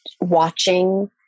watching